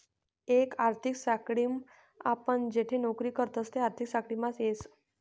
एक आर्थिक साखळीम आपण जठे नौकरी करतस ते आर्थिक साखळीमाच येस